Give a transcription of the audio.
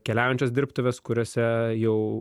keliaujančios dirbtuvės kuriose jau